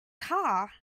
car